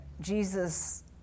Jesus